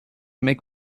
make